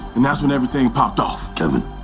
and that's when everything popped off. kevin.